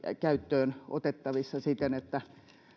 käyttöön otettavissa siten että